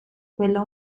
quella